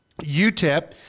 UTEP